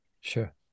Sure